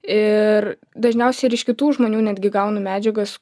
ir dažniausiai ir iš kitų žmonių netgi gaunu medžiagas